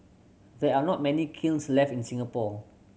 there are not many kilns left in Singapore